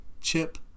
chip